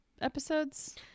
episodes